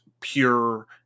pure